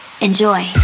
Enjoy